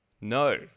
No